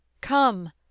Come